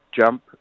jump